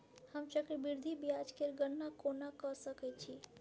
हम चक्रबृद्धि ब्याज केर गणना कोना क सकै छी